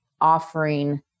offering